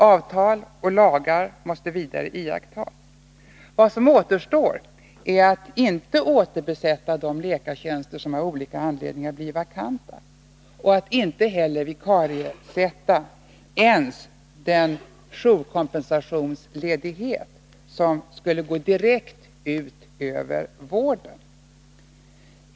Avtal och lagar måste iakttas. Vad som återstår är att inte återbesätta de läkartjänster som av olika anledningar blir vakanta och att inte vikariebesätta ens sådan jourkompensationsledighet som direkt skulle gå ut över vården.